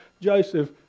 Joseph